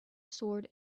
sword